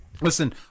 Listen